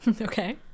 Okay